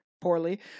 poorly